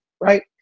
right